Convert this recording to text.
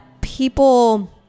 people